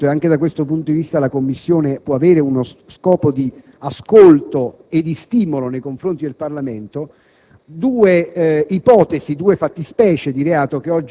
la necessità d'introdurre nel nostro ordinamento (e anche da questo punto di vista la Commissione può avere una funzione di stimolo nei confronti del Parlamento)